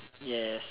yes